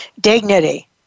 Dignity